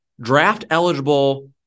draft-eligible